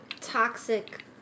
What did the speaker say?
toxic